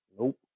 Nope